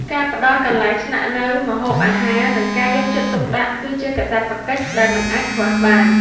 ការផ្ដល់កន្លែងស្នាក់នៅ ម្ហូបអាហារ និងការយកចិត្តទុកដាក់ គឺជាកាតព្វកិច្ចដែលមិនអាចខ្វះបាន។